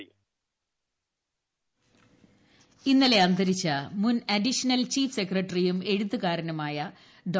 ബാബുപോൾ ഇന്നലെ അന്തരിച്ച മുൻ അഡീഷണൽ ചീഫ് സെക്രട്ടറിയും എഴുത്തുകാരനുമായ ഡോ